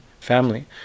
family